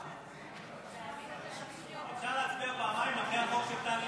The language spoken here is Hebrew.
נגד מטי צרפתי הרכבי,